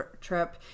trip